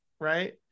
right